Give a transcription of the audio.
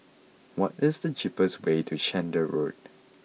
what is the cheapest way to Chander Road